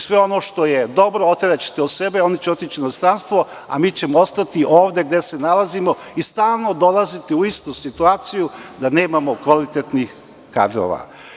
Sve ono što je dobro oteraćete od sebe, oni će otići u inostranstvo, a mi ćemo ostati ovde gde se nalazimo i stalo dolaziti u istu situaciju, da nemamo kvalitetnih kadrova.